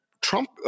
Trump